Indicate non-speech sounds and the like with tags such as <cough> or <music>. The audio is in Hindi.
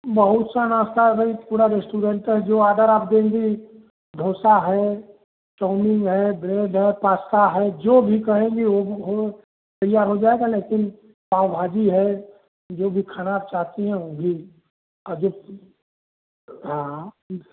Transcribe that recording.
बहुत सा नाश्ता है भाई पूरा रेस्टोरेंटे है जो ऑर्डर आप देंगी डोसा है चाऊमीन है ब्रेड है पास्ता है जो भी कहेंगी वह हो तैयार हो जाएगा लेकिन पाव भाजी है जो भी खाना आप चाहती है वह भी और जो हाँ <unintelligible>